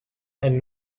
and